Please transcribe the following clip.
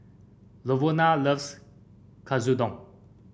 Lavona loves Katsudon